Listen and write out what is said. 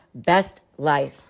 bestlife